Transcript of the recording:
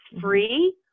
free